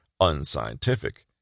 unscientific